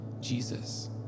Jesus